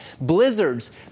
Blizzards